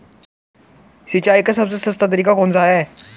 सिंचाई का सबसे सस्ता तरीका कौन सा है?